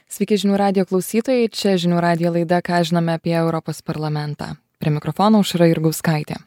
sveiki žinių radijo klausytojai čia žinių radijo laida ką žinome apie europos parlamentą prie mikrofono aušra jurgauskaitė